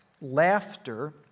Laughter